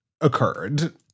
occurred